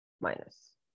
minus